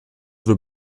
veux